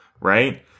right